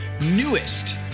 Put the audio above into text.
newest